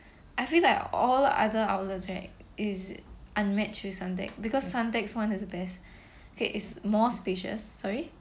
I feel like all other outlets right is unmatched with suntec because suntec one is the best okay is more spacious sorry